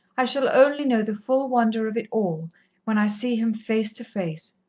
i shall only know the full wonder of it all when i see him face to face.